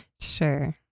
Sure